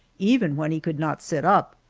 even when he could not sit up,